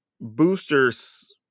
boosters